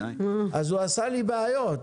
אז הוא עשה לי בעיות,